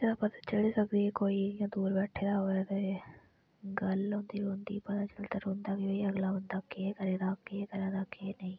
चलो पता चली सकदी ऐ कोई इ'यां दूर बैठे दा होवे ते गल्ल होंदी रौंह्दी पता लगदा रौंह्दा भाई अगला बंदा के केह् करै दा केह् करै दा केह् नेईं